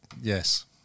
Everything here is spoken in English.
Yes